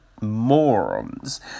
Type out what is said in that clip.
morons